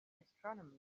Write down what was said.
astronomy